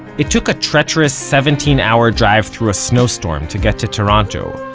it took a treacherous seventeen hour drive through a snowstorm to get to toronto,